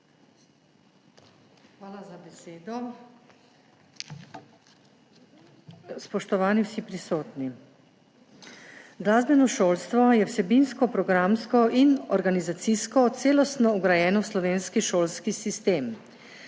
Hvala za besedo. Spoštovani vsi prisotni! Glasbeno šolstvo je vsebinsko, programsko in organizacijsko celostno vgrajeno v slovenski šolski sistem.